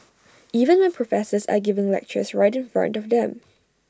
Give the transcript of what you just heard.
even when professors are giving lectures right in front of them